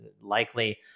likely